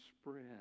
spread